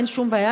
אין שום בעיה,